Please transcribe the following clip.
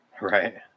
right